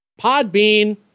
Podbean